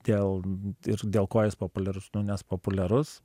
dėl ir dėl ko jis populiarus nes populiarus